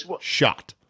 shot